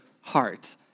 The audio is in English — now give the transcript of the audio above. heart